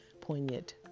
poignant